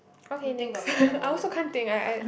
okay next I also can't think I I